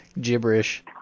gibberish